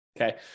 okay